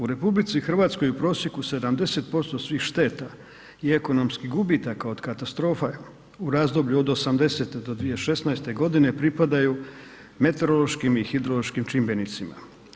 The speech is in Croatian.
U RH u prosjeku 70% svih šteta i ekonomskih gubitaka od katastrofa u razdoblje od 80.-e do 2016. godine pripadaju meteorološkim i hidrološkim čimbenicima.